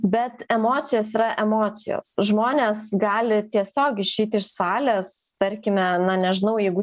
bet emocijos yra emocijos žmonės gali tiesiog išeiti iš salės tarkime na nežinau jeigu